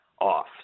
off